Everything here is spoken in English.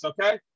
okay